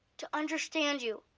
to understand you,